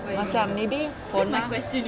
macam maybe for now